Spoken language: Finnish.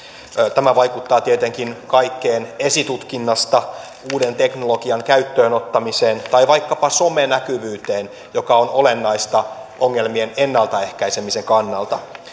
tämä vaikuttaa tietenkin kaikkeen esitutkinnasta uuden teknologian käyttöönottamiseen tai vaikkapa some näkyvyyteen joka on olennaista ongelmien ennaltaehkäisemisen kannalta